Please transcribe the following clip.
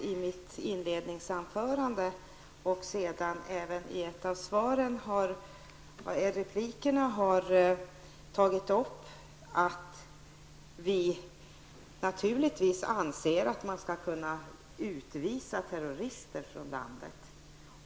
I mitt inledningsanförande och även i en av replikerna har jag tagit upp att vi naturligtvis anser att man skall kunna utvisa terrorister från landet.